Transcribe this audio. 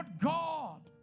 God